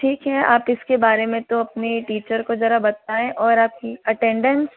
ठीक है आप इसके बारे में तो अपने टीचर को ज़रा बताएँ और आपकी अटेंडेंस